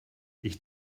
ich